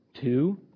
two